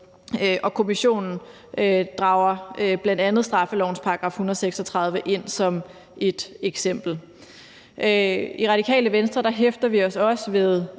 Kommissionen drager bl.a. straffelovens § 136 ind som et eksempel. I Radikale Venstre hæfter vi os også ved